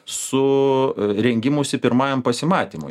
su rengimusi pirmajam pasimatymui